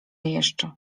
jeszcze